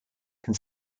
can